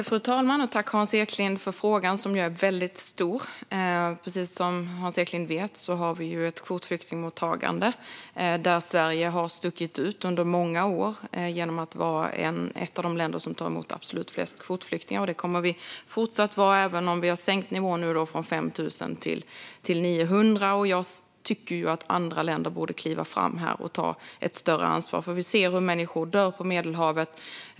Fru talman! Tack, Hans Eklind, för frågan! Den är väldigt stor. Som Hans Eklind vet har FN ett kvotflyktingsystem där Sverige har stuckit ut under många år genom att vara ett av de länder som tar emot absolut flest kvotflyktingar. Det kommer vi att fortsätta vara, även om vi nu har sänkt nivån från 5 000 till 900. Jag tycker att andra länder borde kliva fram och ta större ansvar, för människor dör på Medelhavet.